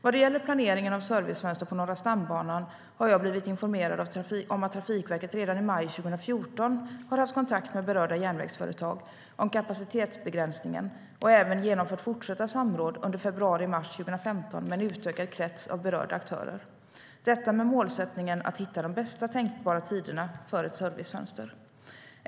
Vad gäller planering av servicefönster på Norra stambanan har jag blivit informerad om att Trafikverket redan i maj 2014 hade kontakt med berörda järnvägsföretag om kapacitetsbegränsningen och även genomförde fortsatta samråd under februari och mars 2015 med en utökad krets av berörda aktörer - detta med målsättningen att hitta de bästa tänkbara tiderna för ett servicefönster.